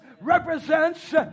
represents